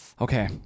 Okay